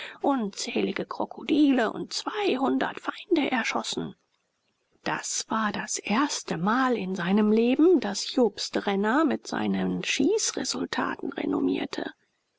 unzählige krokodile und zweihundert feinde erschossen das war das erste mal in seinem leben daß jobst renner mit seinen schießresultaten renommierte